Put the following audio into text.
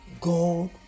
god